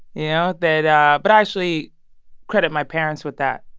yeah that um but i actually credit my parents with that,